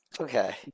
Okay